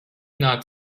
not